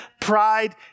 pride